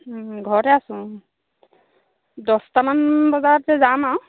ঘৰতে আছো দহটামান বজাৰতে যাম আৰু